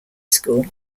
school